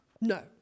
No